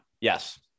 Yes